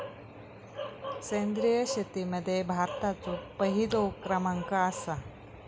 सेंद्रिय शेतीमध्ये भारताचो पहिलो क्रमांक आसा